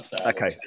Okay